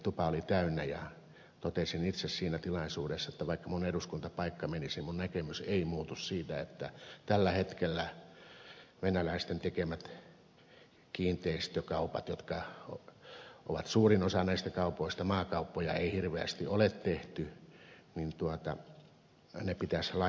tupa oli täynnä ja totesin itse siinä tilaisuudessa että vaikka minun eduskuntapaikkani menisi niin minun näkemykseni ei muutu siitä että tällä hetkellä venäläisten tekemät kiinteistökaupat jotka ovat suurin osa näistä kaupoista maakauppoja ei hirveästi ole tehty pitäisi lailla kieltää